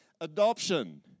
adoption